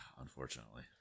Unfortunately